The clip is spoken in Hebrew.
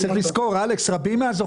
יש רבים מהזוכים